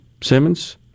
Simmons